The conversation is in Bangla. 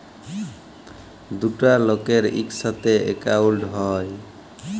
দুটা লকের ইকসাথে একাউল্ট হ্যয়